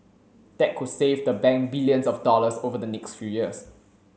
that could save the bank billions of dollars over the next few years